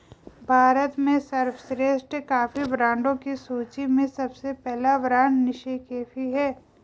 भारत में सर्वश्रेष्ठ कॉफी ब्रांडों की सूची में सबसे पहला ब्रांड नेस्कैफे है